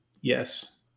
yes